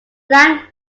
lime